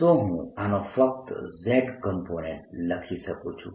તો હું આનો ફક્ત z કોમ્પોનેન્ટ લખી શકું છું